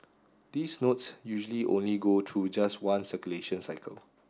these notes usually only go through just one circulation cycle